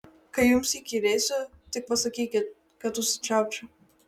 kai jums įkyrėsiu tik pasakykit kad užsičiaupčiau